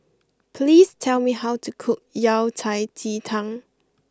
please tell me how to cook Yao Cai Ji Tang